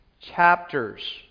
chapters